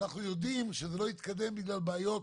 אנחנו יודעים שזה לא התקדם בגלל בעיות